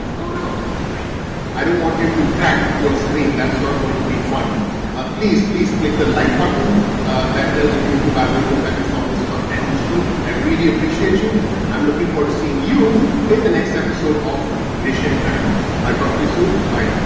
oh no i don't want you to crack your screen that's not going to be fun please please click the like button ah that tells a youtube algorithm that you found this content useful i really appreciate you i'm looking forward to seeing you in the next episode of ignition time i'll talk to you soon bye